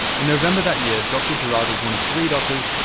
in november that year, dr gerrard was one of three doctors,